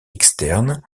externe